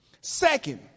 Second